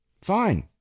fine